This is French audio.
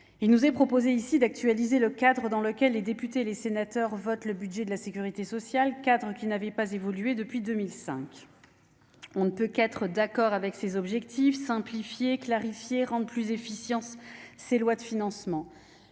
Il nous est proposé ici d'actualiser le cadre dans lequel députés et sénateurs votent le budget de la sécurité sociale, cadre qui n'avait pas évolué depuis 2005. On ne peut qu'être d'accord avec ces objectifs : simplifier, clarifier et rendre plus efficientes les lois de financement